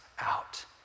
out